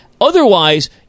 Otherwise